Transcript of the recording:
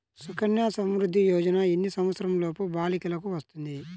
సుకన్య సంవృధ్ది యోజన ఎన్ని సంవత్సరంలోపు బాలికలకు వస్తుంది?